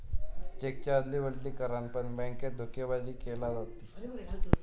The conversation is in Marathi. चेकच्या अदली बदली करान पण बॅन्केत धोकेबाजी केली जाता